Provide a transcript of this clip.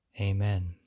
Amen